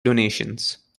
donations